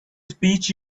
speech